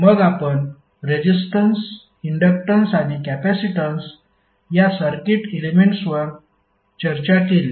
मग आपण resistance inductance आणि कॅपेसिटन्स या सर्किट एलेमेंट्सवर चर्चा केली